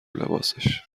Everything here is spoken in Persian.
لباسش